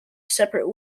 separate